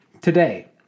today